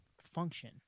function